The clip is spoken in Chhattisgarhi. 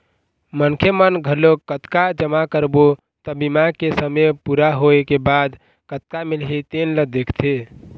मनखे मन घलोक कतका जमा करबो त बीमा के समे पूरा होए के बाद कतका मिलही तेन ल देखथे